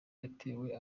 yatewe